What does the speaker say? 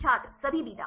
छात्र सभी बीटा